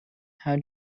how